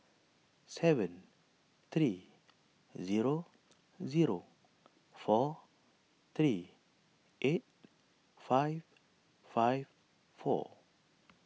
seven three zero zero four three eight five five four